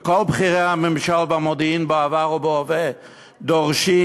וכל בכירי המודיעין בממשל בעבר ובהווה דורשים: